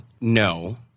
No